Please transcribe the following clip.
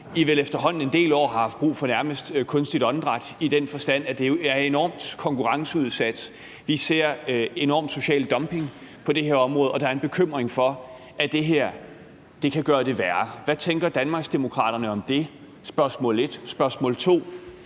har haft brug for kunstigt åndedræt i den forstand, at det jo er enormt konkurrenceudsat, og vi ser omfattende sociale dumping på det her område, og der er en bekymring for, at det her kan gøre det værre. Hvad tænker Danmarksdemokraterne om det? Det var det første spørgsmål.